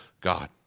God